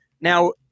Now-